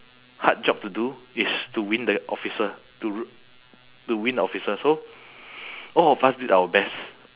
hard job to do it's to win the officer to to win officer so all of us did our best